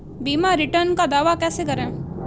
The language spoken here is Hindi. बीमा रिटर्न का दावा कैसे करें?